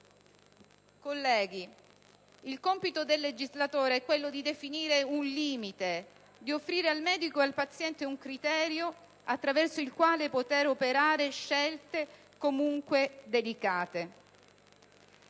Colleghi, il compito del legislatore è quello di definire un limite, di offrire al medico ed al paziente un criterio attraverso il quale poter operare scelte comunque delicate.